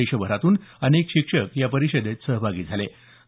देशभरातून अनेक शिक्षक या परिषदेत सहभागी झाले होते